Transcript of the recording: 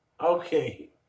Okay